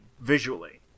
visually